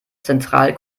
zentral